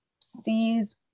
sees